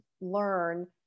learn